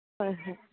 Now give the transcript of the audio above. হয়